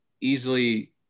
easily